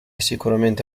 sicuramente